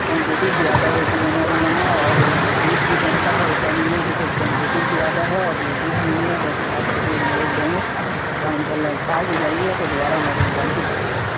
quantities زیادہ ہوتی ہے ہمارے یہاں اور لذیذ بھی بنتا ہے ایسا نہیں ہے کہ صرف کوانٹٹیز زیادہ ہے اور لذیذ نہیں ہے بس کھا کر کے لوگ گئےیں تواں انشاء اللہ کھا کے جائیے گا تو دوبارہ ہماری دکان پہ ضرور آئیے